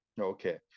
Okay